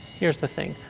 here's the thing,